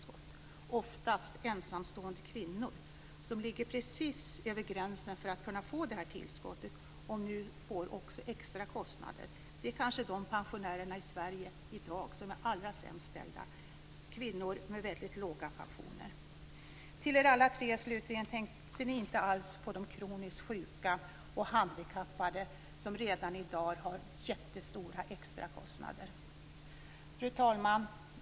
Det är oftast ensamstående kvinnor, som ligger precis över gränsen för att kunna få detta tillskott. Nu får de också extra kostnader. Kvinnor med väldigt låga pensioner är kanske de pensionärer som är allra sämst ställda i Sverige i dag. Till er alla tre, slutligen, vill jag säga följande: Tänkte ni inte alls på de kroniskt sjuka och handikappade, som redan i dag har jättestora extrakostnader? Fru talman!